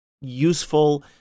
useful